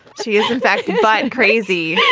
she is, in fact, by and crazy, yeah